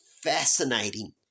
fascinating